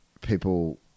people